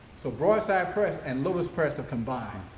so broadside press and lotus press have combined,